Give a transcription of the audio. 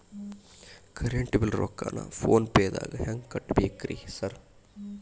Current bill ರೊಕ್ಕಾನ ಫೋನ್ ಪೇದಾಗ ಹೆಂಗ್ ಕಟ್ಟಬೇಕ್ರಿ ಸರ್?